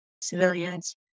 civilians